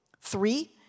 Three